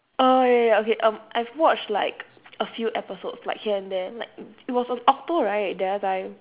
oh ya ya okay um I've watched like a few episodes like here and there like it was on okto right the other time